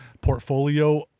portfolio